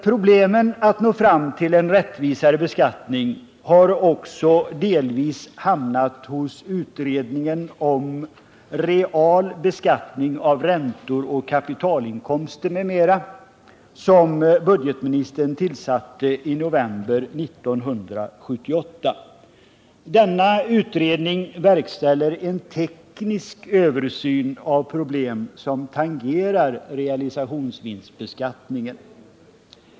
Problemen att nå fram till en rättvisare beskattning har också delvis hamnat hos utredningen om real beskattning av ränteoch kapitalinkomster m.m., som budgetministern tillsatte i november 1978. Denna utredning verkställer en teknisk översyn av problem som tangerar realisationsvinstbeskattningen.